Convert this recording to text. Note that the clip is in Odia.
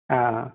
ହଁ ହଁ